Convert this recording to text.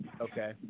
Okay